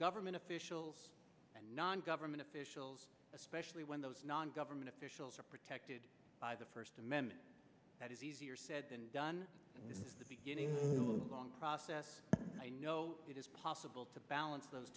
government officials and non government officials especially when those non government officials are protected by the first amendment that is easier said than done this is the beginning of long process i know it is possible to balance those